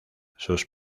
sus